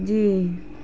جی